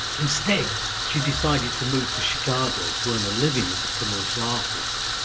instead she decided to move to chicago to earn a living as commercial artist.